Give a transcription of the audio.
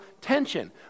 tension